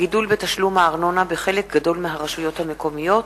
הגידול בתשלום הארנונה בחלק גדול מהרשויות המקומיות,